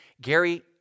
Gary